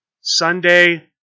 Sunday